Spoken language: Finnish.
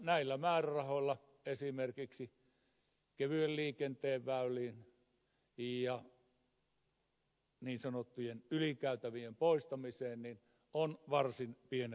näillä määrärahoilla esimerkiksi kevyen liikenteen väyliin ja niin sanottujen ylikäytävien poistamiseen on varsin pienet mahdollisuudet